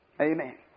Amen